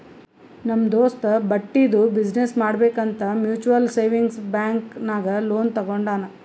ನಮ್ ದೋಸ್ತ ಬಟ್ಟಿದು ಬಿಸಿನ್ನೆಸ್ ಮಾಡ್ಬೇಕ್ ಅಂತ್ ಮ್ಯುಚುವಲ್ ಸೇವಿಂಗ್ಸ್ ಬ್ಯಾಂಕ್ ನಾಗ್ ಲೋನ್ ತಗೊಂಡಾನ್